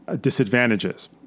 disadvantages